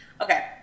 Okay